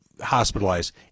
hospitalized